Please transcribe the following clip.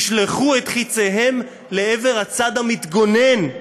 ישלחו את חציהם לעבר הצד המתגונן,